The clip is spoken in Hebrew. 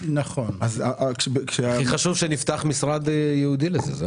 הכי חשוב שנפתח משרד ייעודי לזה.